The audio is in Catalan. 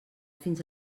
fins